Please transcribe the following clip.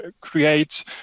create